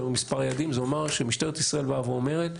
כשאני אומר מספר יעדים זה אומר שמשטרת ישראל באה ואומרת,